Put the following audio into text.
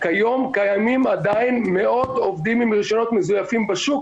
כיום קיימים עדיין מאות עובדים עם רישיונות מזויפים בשוק,